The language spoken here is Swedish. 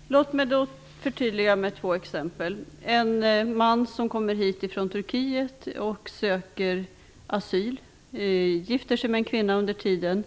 Fru talman! Låt mig då förtydliga med två exempel. En man kommer hit från Turkiet och söker asyl. Under tiden gifter han sig med en